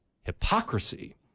hypocrisy